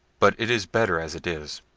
but it is better as it is.